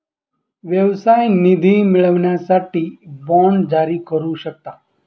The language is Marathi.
व्यवसाय निधी मिळवण्यासाठी बाँड जारी करू शकता